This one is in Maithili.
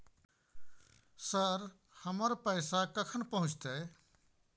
सर, हमर पैसा कखन पहुंचतै?